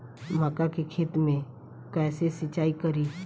मका के खेत मे कैसे सिचाई करी?